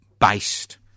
based